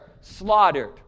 slaughtered